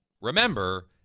remember